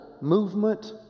movement